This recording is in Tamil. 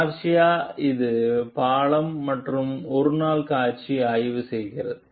கார்சியா இது பாலம் மற்றும் ஒரு நாள் காட்சி ஆய்வு செய்கிறது